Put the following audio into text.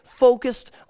focused